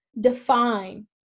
define